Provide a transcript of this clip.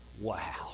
Wow